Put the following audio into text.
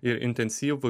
ir intensyvų